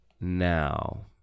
now